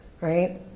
right